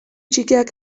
txikiak